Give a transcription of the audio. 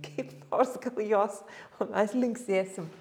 kaip nors gal jos o mes linksėsim